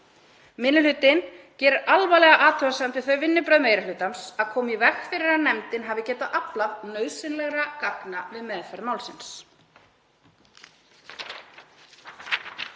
Minni hlutinn gerir alvarlega athugasemd við þau vinnubrögð meiri hlutans að koma í veg fyrir að nefndin hafi getað aflað nauðsynlegra gagna við meðferð málsins.